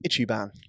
Ichiban